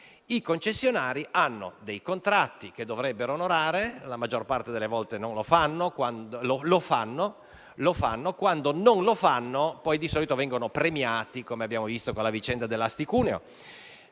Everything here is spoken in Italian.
concessionari, i quali hanno dei contratti che dovrebbero onorare; la maggior parte delle volte lo fanno, quando non lo fanno poi di solito vengono premiati, come abbiamo visto con la vicenda della tratta